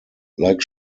like